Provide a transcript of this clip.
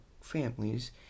families